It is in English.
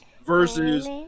versus